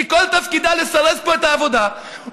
שכל תפקידה לסרס פה את העבודה,